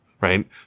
right